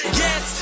yes